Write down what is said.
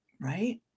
right